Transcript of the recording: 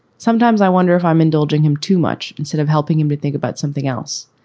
sometimes i wonder if i'm indulging him too much instead of helping him to think about something else.